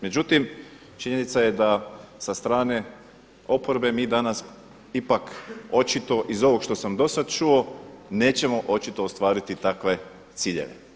Međutim, činjenica je da sa strane oporbe mi danas ipak očito iz ovoga što sam do sada čuo nećemo očito ostvariti takve ciljeve.